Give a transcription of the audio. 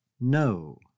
No